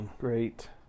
great